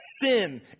sin